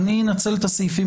אנצל את הסעיפים